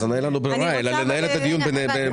אז אין לנו ברירה אלא לנהל את הדיון --- סליחה,